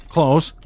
Close